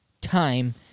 time